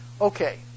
Okay